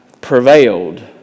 prevailed